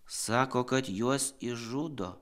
sako kad juos išžudo